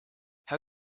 how